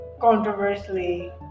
controversially